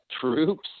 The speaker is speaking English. troops